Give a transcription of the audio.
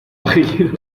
pajilleros